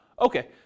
okay